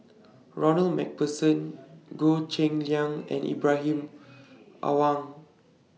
Ronald MacPherson Goh Cheng Liang and Ibrahim Awang